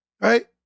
Right